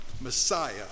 Messiah